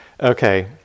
Okay